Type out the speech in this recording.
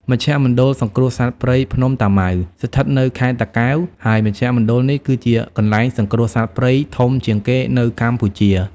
មជ្ឈមណ្ឌលសង្គ្រោះសត្វព្រៃភ្នំតាម៉ៅ ស្ថិតនៅខេត្តតាកែវ ហើយមជ្ឈមណ្ឌលនេះគឺជាកន្លែងសង្គ្រោះសត្វព្រៃធំជាងគេនៅកម្ពុជា។